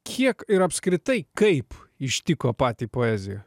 kiek ir apskritai kaip ištiko patį poeziją